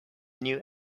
new